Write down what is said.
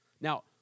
Now